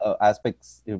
aspects